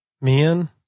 men